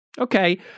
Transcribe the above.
okay